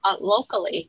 locally